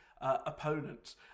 opponents